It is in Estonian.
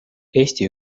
eesti